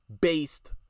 based